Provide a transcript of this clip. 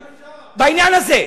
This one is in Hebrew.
איך אפשר, בעניין הזה.